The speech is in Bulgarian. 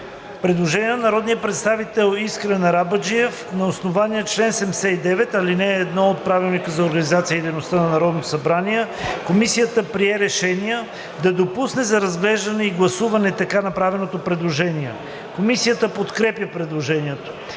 Предложение на народния представител Искрен Арабаджиев. На основание чл. 79, ал. 1 от Правилника за организацията и дейността на Народното събрание Комисията прие решение да допусне за разглеждане и гласуване така направеното предложение. Комисията подкрепя предложението.